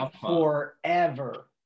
forever